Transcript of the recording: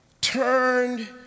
turned